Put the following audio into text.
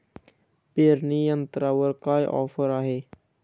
पेरणी यंत्रावर काय ऑफर आहे?